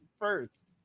first